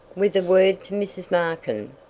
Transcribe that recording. with a word to mrs. markin,